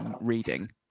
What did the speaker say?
reading